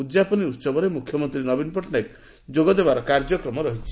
ଉଦ୍ଯାପନୀ ଉହବରେ ମୁଖ୍ୟମନ୍ତୀ ନବୀନ ପଟ୍ଟନାୟକ ଯୋଗଦେବାର କାର୍ଯ୍ୟକ୍ରମ ରହିଛି